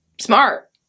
smart